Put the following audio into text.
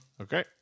Okay